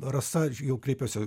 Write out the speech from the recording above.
rasa jau kreipiuosi